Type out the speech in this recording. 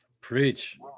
Preach